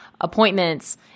appointments